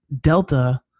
Delta